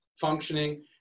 functioning